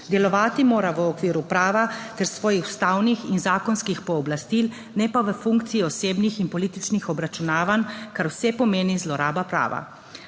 Delovati mora v okviru prava ter svojih ustavnih in zakonskih pooblastil, ne pa v funkciji osebnih in političnih obračunavanj, kar vse pomeni zloraba prava.